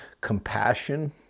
compassion